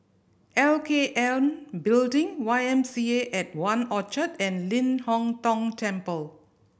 L K N Building Y M C A at One Orchard and Ling Hong Tong Temple